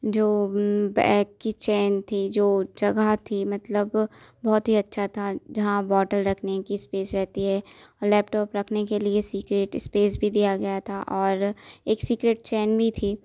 जो बैग की चैन थी जो जगह थी मतलब बहुत ही अच्छा था जहाँ बोतल रखने की स्पेस रहती है और लैपटॉप रखने के लिए सीक्रेट स्पेस भी दिया गया था और एक सीक्रेट चैन भी थी